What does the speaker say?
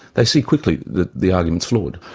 they see quickly that the argument's flawed.